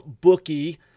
bookie